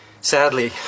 sadly